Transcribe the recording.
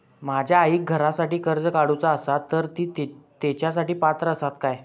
माझ्या आईक घरासाठी कर्ज काढूचा असा तर ती तेच्यासाठी पात्र असात काय?